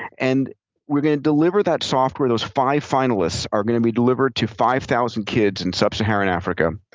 and we're going to deliver that software. those five finalists are going to be delivered to five thousand kids in sub-saharan africa,